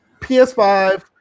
PS5